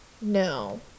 No